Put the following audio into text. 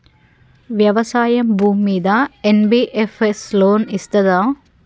వ్యవసాయం భూమ్మీద NBFS loan ఇస్తదా?